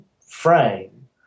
frame